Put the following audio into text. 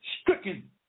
stricken